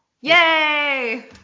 Yay